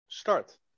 start